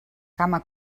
cama